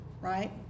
right